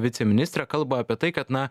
viceministrą kalba apie tai kad na